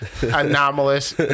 anomalous